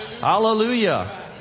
Hallelujah